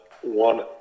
one